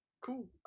cool